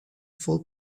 full